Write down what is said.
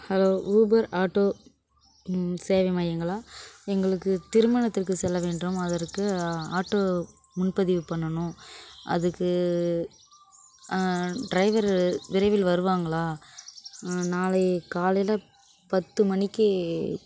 hello Uber auto சேவை மையங்களா எங்களுக்கு திருமணத்திற்கு செல்ல வேண்டும் அதற்கு ஆட்டோ முன்பதிவு பண்ணணும் அதுக்கு ட்ரைவரு விரைவில் வருவாங்களா நாளைக்கு காலையில் பத்து மணிக்கு